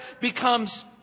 becomes